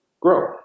grow